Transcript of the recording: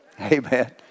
Amen